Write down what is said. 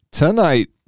tonight